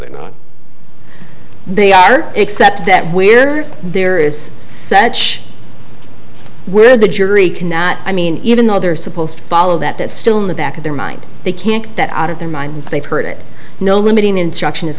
that they are except that where there is such where the jury cannot i mean even though they're supposed to follow that that's still in the back of their mind they can't get that out of their mind they've heard it no limiting instruction is